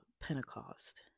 Pentecost